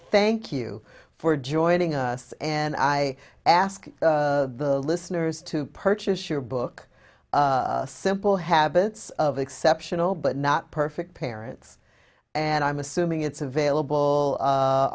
thank you for joining us and i ask the listeners to purchase your book simple habits of exceptional but not perfect parents and i'm assuming it's available